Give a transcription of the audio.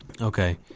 Okay